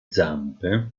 zampe